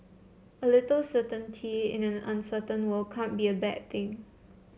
a little certainty in an uncertain world cannot be a bad thing